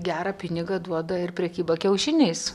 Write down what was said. gerą pinigą duoda ir prekyba kiaušiniais